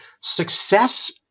success